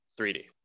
3D